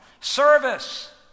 Service